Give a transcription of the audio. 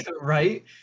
right